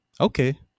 Okay